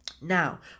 Now